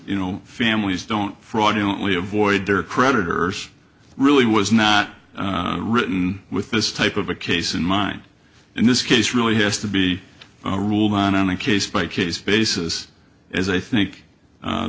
you know families don't fraudulently avoid their creditors really was not written with this type of a case in mind and this case really has to be a rule on a case by case basis as i think